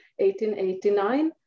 1889